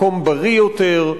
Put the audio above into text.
מקום בריא יותר,